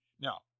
Now